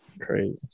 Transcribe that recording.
Crazy